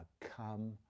Come